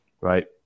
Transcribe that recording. right